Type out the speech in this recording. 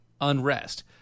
unrest